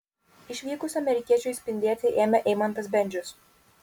išvykus amerikiečiui spindėti ėmė eimantas bendžius